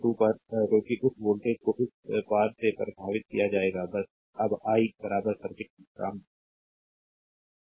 पर क्योंकि उसी वोल्टेज को इस पार से प्रभावित किया जाएगा बस अब आई बराबर सर्किट खींचता हूं